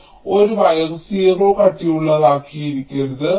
ഇപ്പോൾ ഒരു വയർ 0 കട്ടിയുള്ളതായിരിക്കരുത്